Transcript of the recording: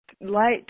light